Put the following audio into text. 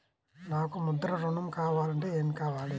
నాకు ముద్ర ఋణం కావాలంటే ఏమి కావాలి?